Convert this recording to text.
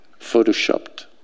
photoshopped